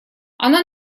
она